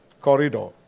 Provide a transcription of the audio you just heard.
corridor